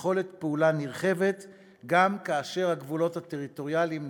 יכולת פעולה נרחבת גם כאשר הגבולות הטריטוריאליים נחצים.